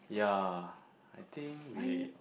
I think we